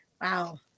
Wow